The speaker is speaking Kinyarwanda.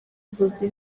inzozi